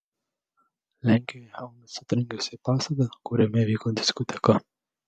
lenkijoje haubica trenkėsi į pastatą kuriame vyko diskoteka